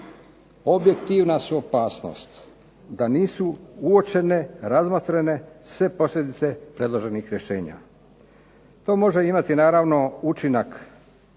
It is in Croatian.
objektivna su opasnost da nisu uočene, razmotrene sve posljedice predloženih rješenja. To može imati naravno učinak